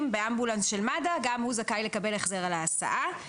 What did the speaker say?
באמבולנס של מד"א גם הוא זכאי לקבל החזר על הנסיעה.